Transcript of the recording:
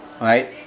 Right